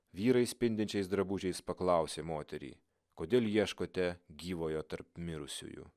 vyrai spindinčiais drabužiais paklausė moterį kodėl ieškote gyvojo tarp mirusiųjų